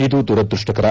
ಇದು ದುರದೃಷ್ವಕರ